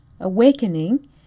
awakening